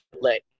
let